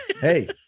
hey